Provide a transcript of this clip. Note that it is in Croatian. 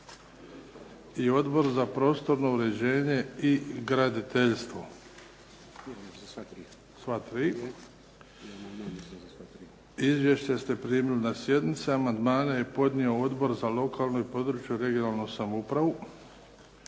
i Odbor za prostorno uređenje i graditeljstvo. Sva tri. Izvješća ste primili na sjednici. Amandmane je podnio Odbor za lokalnu, područnu (regionalnu) samoupravu.